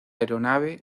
aeronave